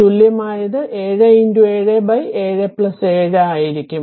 അതിനാൽ തുല്യമായത് 7 7 7 7 ആയിരിക്കും